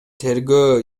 тергөө